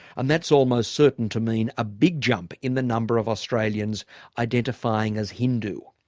and that's almost certain to mean a big jump in the number of australians identifying as hindu.